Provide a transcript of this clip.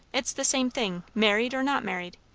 it's the same thing, married or not married.